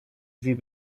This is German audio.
sie